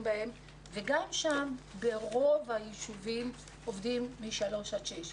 וגם שם ברוב הישובים עובדים מגיל שלוש עד שש.